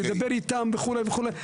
לדבר איתן וכולה וכולה.